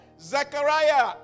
Zechariah